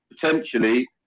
potentially